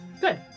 Good